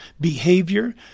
behavior